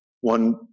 one